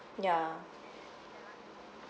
ya